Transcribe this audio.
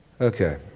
Okay